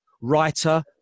writer